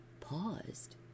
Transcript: paused